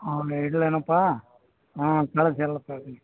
ಹಾಂ ಇಡಲೇನಪ್ಪ ಹಾಂ ಕಳ್ಸಿ ಎಲ್ಲ ಕಳ್ಸಿ